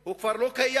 אוקיי.